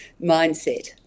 mindset